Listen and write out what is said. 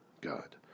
God